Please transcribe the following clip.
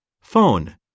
Phone